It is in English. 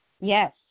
Yes